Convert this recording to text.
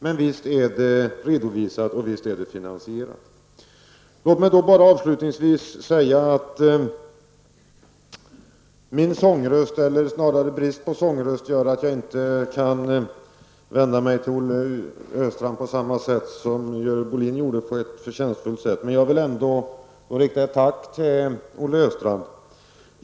Men det är både redovisat och finansierat. Låt mig avslutningsvis säga: Min sångröst, eller snarare brist på sångröst gör att jag inte kan vända mig till Olle Östrand på samma sätt som Görel Bohlin gjorde på ett förtjänstfullt sätt. Men jag vill ändå rikta ett tack till Olle Östrand.